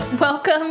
Welcome